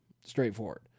straightforward